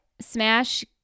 Smash